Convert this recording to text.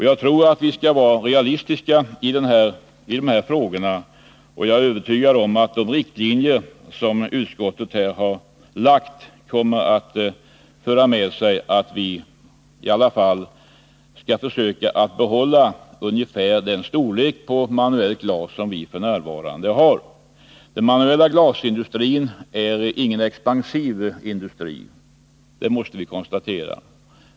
Jag tror att vi skall vara realistiska i dessa frågor, och jag är övertygad om att de riktlinjer som utskottet dragit upp kommer att föra med sig att vi kan lyckas behålla ungefär den storlek på den manuella glasindustrin som vi f. n. har. Den manuella glashanteringen är ingen expansiv industri, det måste vi konstatera.